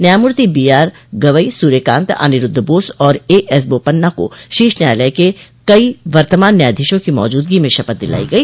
न्याययमूर्ति B R Gavai Suryakant Aniruddha Bose और A S Bopanna को शीर्ष न्यायालय के कई वर्तमान न्यायाधीशों की मौजूदगी में शपथ दिलाई गई